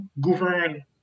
govern